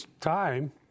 time